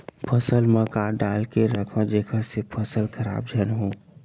फसल म का डाल के रखव जेखर से फसल खराब झन हो?